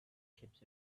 chips